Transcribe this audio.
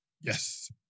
Yes